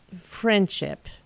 friendship